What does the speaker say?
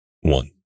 one